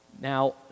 Now